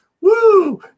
Woo